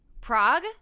Prague